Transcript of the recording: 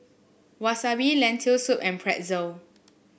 Wasabi Lentil Soup and Pretzel